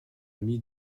ami